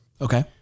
Okay